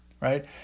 right